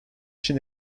için